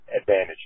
advantage